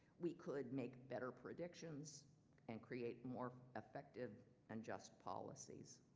we could make better predictions and create more effective and just policies.